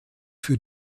für